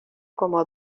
como